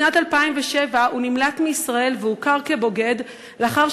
בשנת 2007 הוא נמלט מישראל והוכר כבוגד לאחר